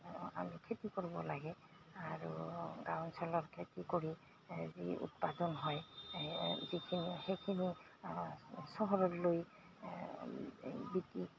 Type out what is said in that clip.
আমি খেতি কৰিব লাগে আৰু গাঁও অঞ্চলৰ খেতি কৰি যি উৎপাদন হয় যিখিনি সেইখিনি চহৰলৈ লৈ বিকি